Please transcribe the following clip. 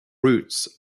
routes